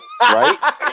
Right